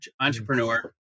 entrepreneur